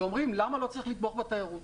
שאומרים למה לא צריך לתמוך בתיירות.